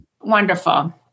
Wonderful